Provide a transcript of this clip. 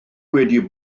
wedi